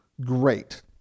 great